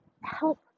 help